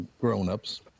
grown-ups